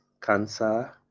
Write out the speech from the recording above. cancer